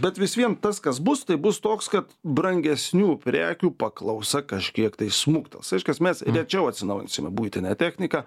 bet vis vien tas kas bus tai bus toks kad brangesnių prekių paklausa kažkiek tai smuktels reiškias mes rečiau atsinaujinsim buitinę techniką